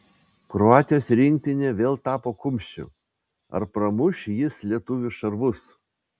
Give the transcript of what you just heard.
kroatijos rinktinė vėl tapo kumščiu ar pramuš jis lietuvių šarvus